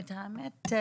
האמת,